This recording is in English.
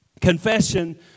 confession